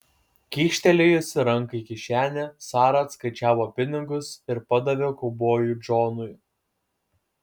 kyštelėjusi ranką į kišenę sara atskaičiavo pinigus ir padavė kaubojui džonui